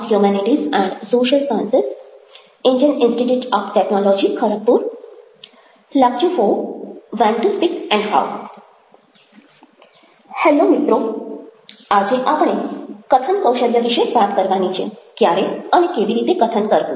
hello મિત્રો આજે આપણે કથન કૌશલ્ય વિશે વાત કરવાની છે ક્યારે અને કેવી રીતે કથન કરવું